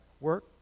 work